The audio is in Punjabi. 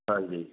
ਹਾਂਜੀ